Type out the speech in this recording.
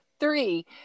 Three